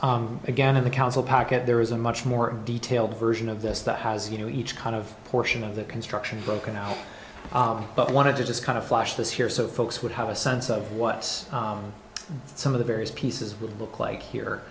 costs again of the council pocket there is a much more detailed version of this that has you know each kind of portion of the construction broken out but i wanted to just kind of flash this here so folks would have a sense of what's some of the various pieces would look like here